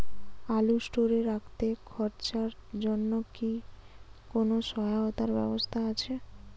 আলু স্টোরে রাখতে খরচার জন্যকি কোন সহায়তার ব্যবস্থা আছে?